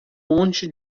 monte